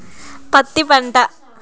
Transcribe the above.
పత్తి పంట